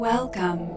Welcome